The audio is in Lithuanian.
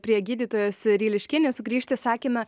prie gydytojos ryliškienės sugrįžti sakėme